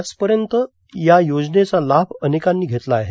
आजपर्यंत या योजनेचा लाभ अनेकांनी घेतला आहे